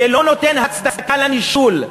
זה לא נותן הצדקה לנישול.